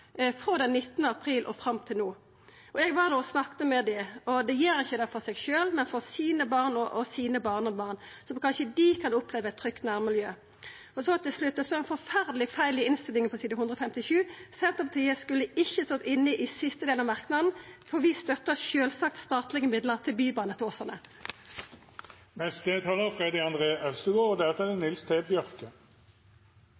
frå 19. april og fram til no. Eg var der og snakka med dei, og dei gjer det ikkje for seg sjølve, men for barna og barnebarna sine, sånn at kanskje dei kan få oppleva eit trygt nærmiljø. Til slutt: Det står ein forferdeleg feil i innstillinga på side 157. Senterpartiet skulle ikkje ha stått inne i siste del av merknaden, for vi støttar sjølvsagt statlege midlar til